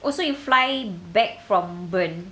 oh so you fly back from bern